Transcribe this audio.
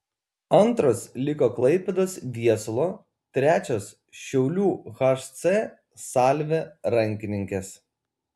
antros liko klaipėdos viesulo trečios šiaulių hc salvė rankininkės